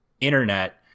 internet